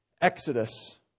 Exodus